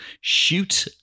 shoot